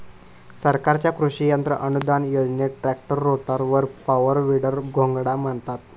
सरकारच्या कृषि यंत्र अनुदान योजनेत ट्रॅक्टर, रोटावेटर, पॉवर, वीडर, घोंगडा मिळता